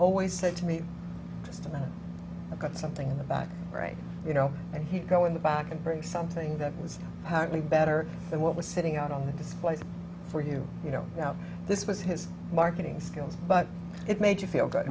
always said to me just a minute i got something in the back right you know and he'd go in the back and bring something that was partly better than what was sitting out on the display for you you know no this was his marketing skills but it made you feel good